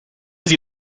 sie